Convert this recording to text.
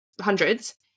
hundreds